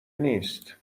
نیست